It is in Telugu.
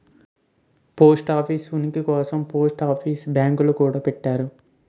పోస్ట్ ఆఫీస్ ఉనికి కోసం పోస్ట్ ఆఫీస్ బ్యాంకులు గూడా పెట్టారు